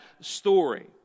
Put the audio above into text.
story